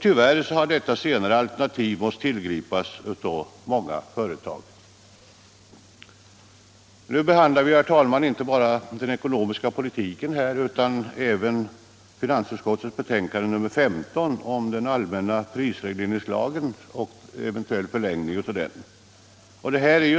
Tyvärr har det senare alternativet måst tillgripas av många företag. Vi behandlar nu inte bara den ekonomiska politiken utan även en eventuell förlängning av den allmänna prisregleringslagen. Det är